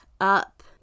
up